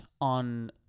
on